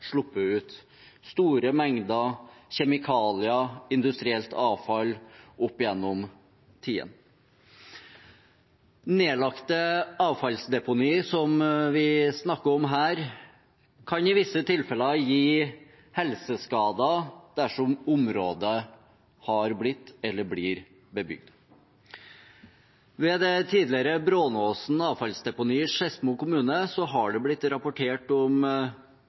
sluppet ut store mengder kjemikalier, industrielt avfall, opp gjennom tidene. Nedlagte avfallsdeponier, som vi snakker om her, kan i visse tilfeller gi helseskader dersom området har blitt – eller blir – bebygd. Ved det tidligere Brånåsen avfallsdeponi i Skedsmo kommune har det blitt rapportert om